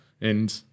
and-